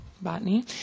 botany